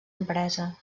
empresa